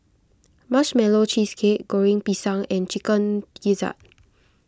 Marshmallow Cheesecake Goreng Pisang and Chicken Gizzard